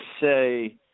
say